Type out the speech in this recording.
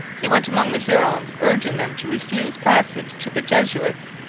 he went among the hurons, urging them to refuse passage to the jesuits,